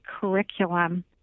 curriculum